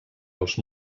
els